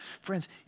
Friends